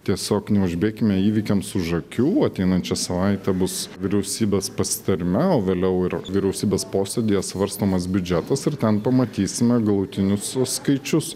tiesiog neužbėkime įvykiams už akių ateinančią savaitę bus vyriausybės pasitarime o vėliau ir vyriausybės posėdyje svarstomas biudžetas ir ten pamatysime galutinius skaičius